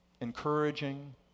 encouraging